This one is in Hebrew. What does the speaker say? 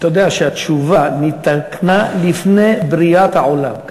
אתה יודע שהתשובה נתקנה לפני בריאת העולם.